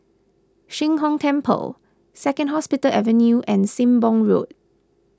Sheng Hong Temple Second Hospital Avenue and Sembong Road